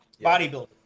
bodybuilding